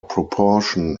proportion